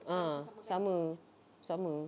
ah sama sama